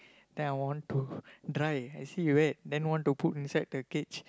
then I want to dry actually wet then want to put inside the cage